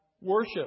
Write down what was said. worship